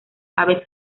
aves